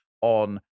on